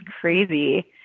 crazy